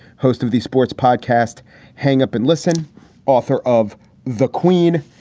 host of the sports podcast hang up and listen author of the queen.